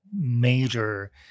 major